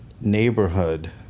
neighborhood